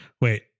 wait